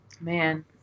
Man